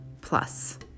plus